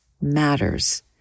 matters